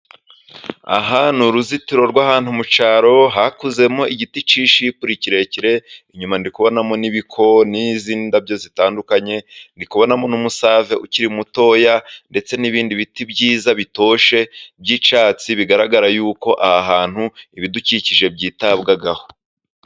Aha ni uruzitiro rw'ahantu mu cyaro, hakuzemo igiti cy'isipure kirekire, inyuma ndi kubonamo n'ibiko n'izindi ndabyo zitandukanye, ndi kubonamo n'umusave ukiri mutoya ndetse n'ibindi biti byiza bitoshye by'icyatsi, bigaragara yuko aha hantu ibidukikije byitabwaho.